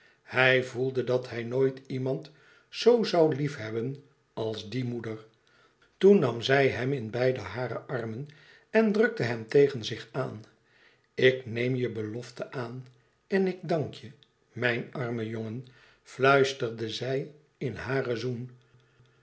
hij voelde dat hij nooit iemand zo zoû liefhebben als die moeder toen nam zij hem in beide hare armen en drukte hem tegen zich aan ik neem je belofte aan en ik dank je mijn arme jongen fluisterde zij in haren zoen